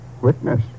Witness